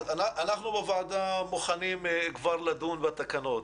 אז אנחנו בוועדה מוכנים כבר לדון בתקנות,